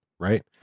Right